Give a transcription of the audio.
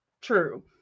true